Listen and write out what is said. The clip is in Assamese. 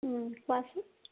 কোৱাচোন